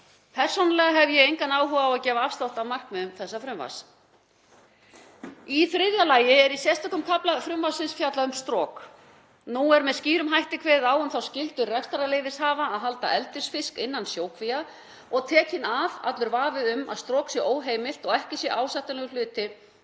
Persónulega hef ég engan áhuga á að gefa afslátt af markmiðum þessa frumvarps. Í þriðja lagi er í sérstökum kafla frumvarpsins fjallað um strok. Nú er með skýrum hætti kveðið á um þá skyldu rekstrarleyfishafa að halda eldisfisk innan sjókvía og tekinn af allur vafi um að strok sé óheimilt og ekki ásættanlegur hluti